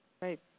Right